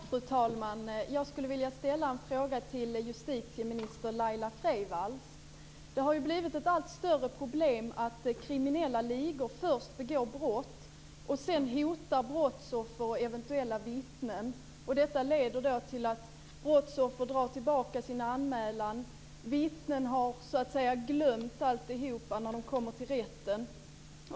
Fru talman! Jag skulle vilja ställa en fråga till justitieminister Laila Freivalds. Det har blivit ett allt större problem att kriminella ligor först begår brott och sedan hotar brottsoffer och eventuella vittnen. Detta leder till att brottsoffer drar tillbaka sin anmälan och att vittnen har "glömt" allt när de kommer till rätten.